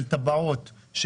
של טבעות,